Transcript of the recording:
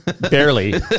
barely